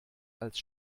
als